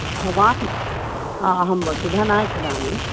भवान् अहं वसुधा नायक् वदामि